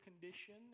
condition